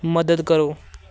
ਮਦਦ ਕਰੋ